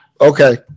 Okay